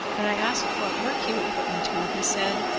when i asked what work he would put me to he said,